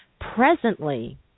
presently